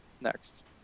next